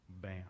Bam